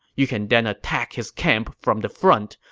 you can then attack his camp from the front,